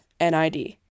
NID